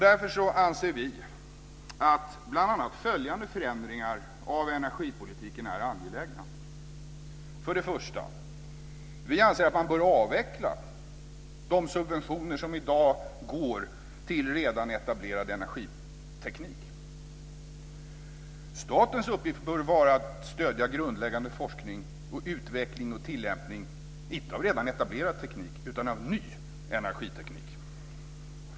Därför anser vi att bl.a. följande förändringar av energipolitiken är angelägna: För det första anser vi att man bör avveckla de subventioner som i dag går till redan etablerad energiteknik. Statens uppgift bör vara att stödja grundläggande forskning och utveckling och tillämpning, inte av redan etablerad teknik utan av ny energiteknik.